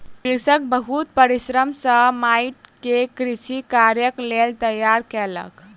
कृषक बहुत परिश्रम सॅ माइट के कृषि कार्यक लेल तैयार केलक